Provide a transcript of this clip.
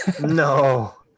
No